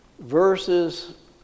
verses